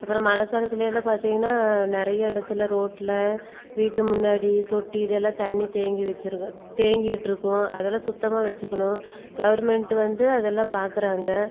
அப்புறம் மழைக் காலத்துலெல்லாம் பார்த்தீங்கன்னா நிறைய இடத்துல ரோட்டில் வீட்டு முன்னாடி தொட்டிலெல்லாம் தண்ணி தேங்கி வச்சுருக்கும் தேங்கிகிட்டு இருக்கும் அதெல்லாம் சுத்தமாக வச்சுக்கணும் கவர்மெண்ட்டு வந்து அதெல்லாம் பார்க்குறாங்க